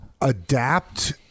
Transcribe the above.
adapt